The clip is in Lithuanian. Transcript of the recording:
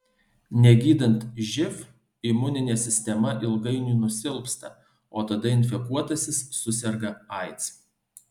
negydant živ imuninė sistema ilgainiui nusilpsta o tada infekuotasis suserga aids